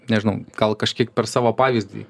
nežinau gal kažkiek per savo pavyzdį